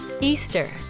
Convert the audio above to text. Easter